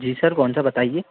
जी sir कौन सा बताइए